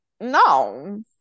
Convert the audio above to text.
no